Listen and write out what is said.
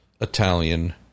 Italian